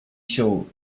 show